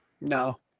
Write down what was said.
No